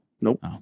nope